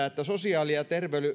että sosiaali ja